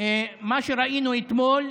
מה שראינו אתמול: